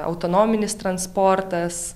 autonominis transportas